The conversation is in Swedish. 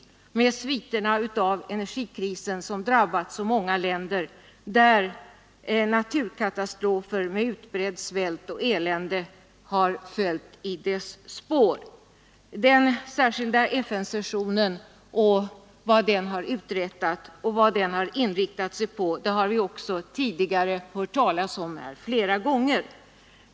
Jag tänker på sviterna av energikrisen, som drabbat så många länder där, och på naturkatastrofer med utbredd svält och elände i sina spår. Vad den särskilda FN-sessionen uträttat och inriktat sig på har vi tidigare också fått höra flera gånger.